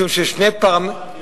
כי